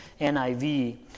NIV